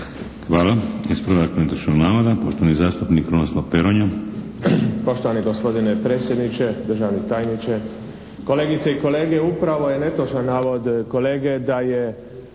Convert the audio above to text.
Hvala. Ispravak netočnog navoda poštovani zastupnik Krunoslav Peronja. **Peronja, Kruno (HDZ)** Poštovani gospodine predsjedniče, državni tajniče, kolegice i kolege! Upravo je netočan navod kolege da je